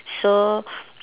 so